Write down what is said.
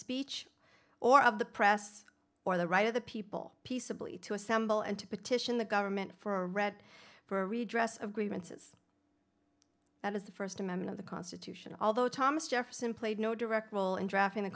speech or of the press or the right of the people peaceably to assemble and to petition the government for a read for a redress of grievances that is the first amendment of the constitution although thomas jefferson played no direct role in drafting the